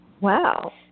Wow